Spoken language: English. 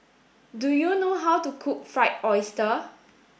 do you know how to cook fried oyster